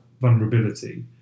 vulnerability